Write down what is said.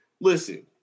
Listen